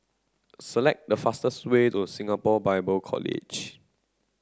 select the fastest way to Singapore Bible College